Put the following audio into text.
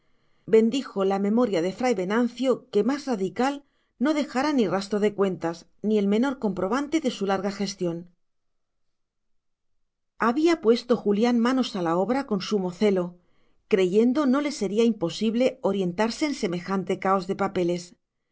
bendijo la memoria de fray venancio que más radical no dejara ni rastro de cuentas ni el menor comprobante de su larga gestión había puesto julián manos a la obra con sumo celo creyendo no le sería imposible orientarse en semejante caos de papeles